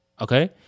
okay